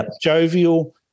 jovial